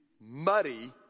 muddy